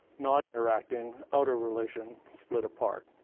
not interacting, out of relation, split apart.